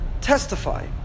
testify